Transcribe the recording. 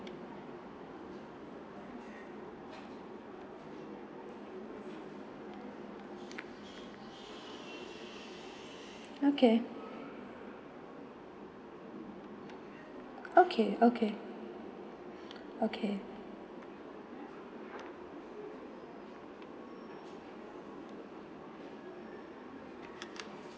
okay okay okay okay